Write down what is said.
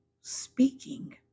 speaking